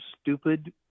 stupid